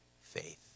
faith